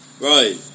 right